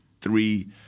three